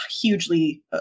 hugely